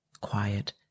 quiet